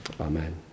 Amen